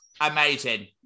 Amazing